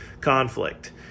conflict